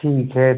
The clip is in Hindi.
ठीक है